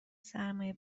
سرمای